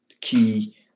key